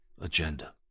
agenda